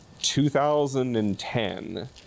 2010